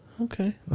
Okay